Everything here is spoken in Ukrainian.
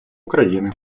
україни